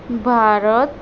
Bharat